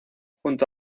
junto